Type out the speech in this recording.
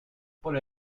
por